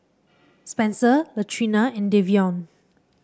Spenser Latrina and Davion